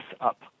up